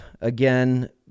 again